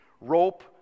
Rope